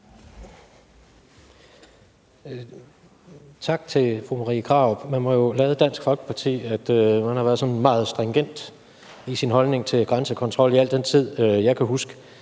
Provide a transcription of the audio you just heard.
Tak til fru Marie Krarup. Vi må jo lade Dansk Folkeparti, at man har været sådan meget stringent i sin holdning til grænsekontrol i al den tid, jeg kan huske,